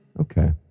Okay